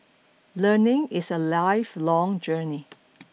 learning is a lifelong journey